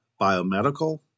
biomedical